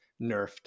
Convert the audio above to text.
nerfed